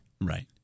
Right